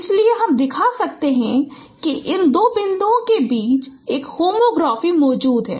इसलिए हम दिखा सकते हैं कि इन दो बिंदुओं के बीच एक होमोग्राफी मौजूद है